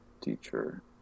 teacher